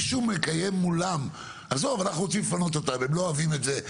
אנחנו רוצים לפנות אותם, הם לא אוהבים את זה.